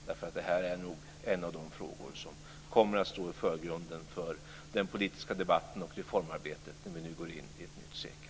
Detta är nämligen en av de frågor som kommer att stå i förgrunden för den politiska debatten och reformarbetet när vi nu går in i ett nytt sekel.